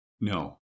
No